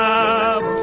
up